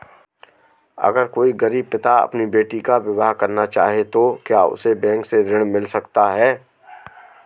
अगर कोई गरीब पिता अपनी बेटी का विवाह करना चाहे तो क्या उसे बैंक से ऋण मिल सकता है?